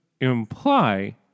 imply